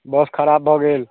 बस खराब भऽ गेल